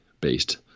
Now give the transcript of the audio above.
based